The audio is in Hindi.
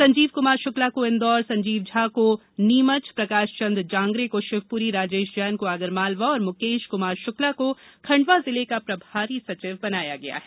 संजीव कुमार शुक्ला को इंदौर संजीव झा को नीमच प्रकाश चंद जांगरे को शिवपुरी राजेश जैन को आगरमालवा और मुकेश कुमार शुक्ला को खंडवा जिले का प्रभावी सचिव बनाया गया है